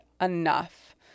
enough